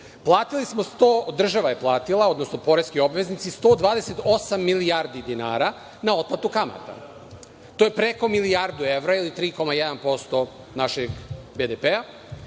Država je platila, odnosno poreski obveznici 128 milijardi dinara, otplatu kamata. To je preko milijarde evra, ili 3,1% našeg BDP.